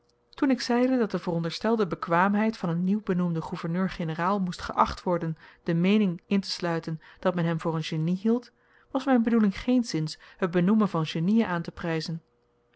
toen ik zeide dat de veronderstelde bekwaamheid van een nieuwbenoemden gouverneur-generaal moest geacht worden de meening intesluiten dat men hem voor een genie hield was myn bedoeling geenszins het benoemen van genien aantepryzen